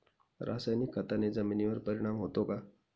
रासायनिक खताने जमिनीवर परिणाम होतो का?